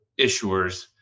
issuers